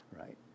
right